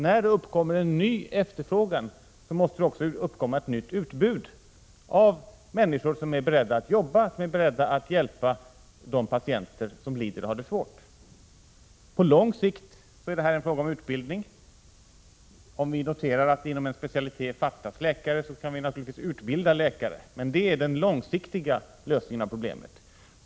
När det uppkommer en ny efterfrågan måste det också uppkomma ett nytt utbud av människor som är beredda att jobba, att hjälpa de patienter som lider och har det svårt. På lång sikt är det fråga om utbildning. Om vi noterar att det inom en specialitet fattas läkare, skall vi naturligtvis utbilda läkare. Men det är den långsiktiga lösningen av problemet.